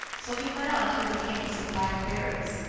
so he went on till he came to some black berries,